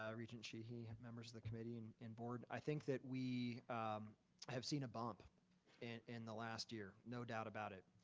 ah regent sheehy, members of the committee and board, i think that we have seen a bump and in the last year. no doubt about it.